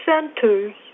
centers